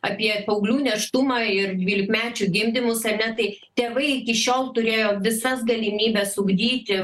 apie paauglių nėštumą ir dvylikmečių gimdymus ane tai tėvai iki šiol turėjo visas galimybes ugdyti